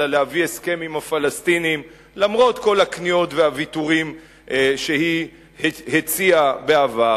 להביא הסכם עם הפלסטינים למרות כל הכניעות והוויתורים שהיא הציעה בעבר,